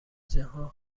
جهان